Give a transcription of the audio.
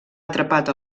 atrapat